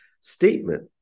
statement